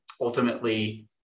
ultimately